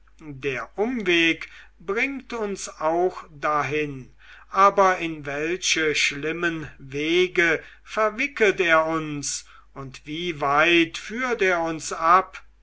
der umweg bringt uns auch dahin aber in welche schlimmen wege verwickelt er uns wie weit führt er uns ab